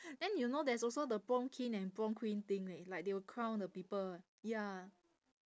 then you know there's also the prom king and prom queen thing leh like they will crown the people ya